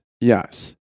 Yes